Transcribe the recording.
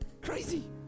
Crazy